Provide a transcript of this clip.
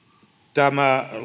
tämä